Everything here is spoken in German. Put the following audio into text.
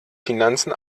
finanzen